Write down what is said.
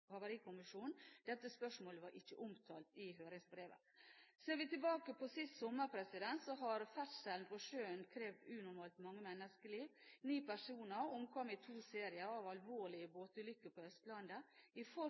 havarikommisjonen. Dette spørsmålet var ikke omtalt i høringsbrevet. Ser vi tilbake på sist sommer, har ferdselen på sjøen krevd unormalt mange menneskeliv. Ni personer omkom i to serier av alvorlige båtulykker på Østlandet, i